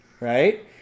Right